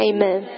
Amen